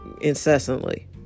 incessantly